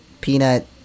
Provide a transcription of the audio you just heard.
peanut